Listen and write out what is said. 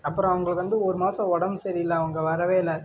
அப்புறம் அவங்களுக்கு வந்து ஒரு மாதம் உடம்பு சரியில்லை அவங்க வரவே இல்லை